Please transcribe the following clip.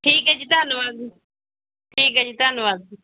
ਠੀਕ ਹੈ ਜੀ ਧੰਨਵਾਦ ਜੀ ਠੀਕ ਹੈ ਜੀ ਧੰਨਵਾਦ ਜੀ